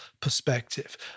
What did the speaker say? perspective